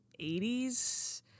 80s